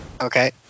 Okay